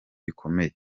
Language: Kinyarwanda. bikomeye